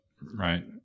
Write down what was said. right